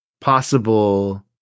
possible